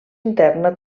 interna